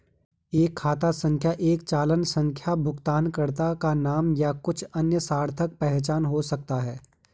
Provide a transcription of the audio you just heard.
एक खाता संख्या एक चालान संख्या भुगतानकर्ता का नाम या कुछ अन्य सार्थक पहचान हो सकता है